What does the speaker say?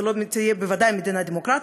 זו בוודאי לא תהיה מדינה דמוקרטית.